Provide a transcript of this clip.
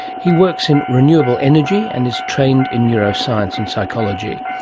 he works in renewable energy and is trained in neuroscience and psychology.